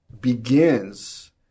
begins